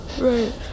Right